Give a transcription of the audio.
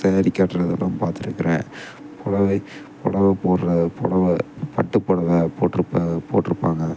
சாரீ கட்டுறதெல்லாம் பார்த்துருக்குறேன் புடவை பொடவ போடுற புடவ பட்டு புடவ போட்ற்போ போட்டு இருப்பாங்க